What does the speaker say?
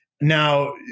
Now